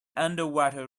underwater